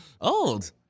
Old